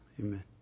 Amen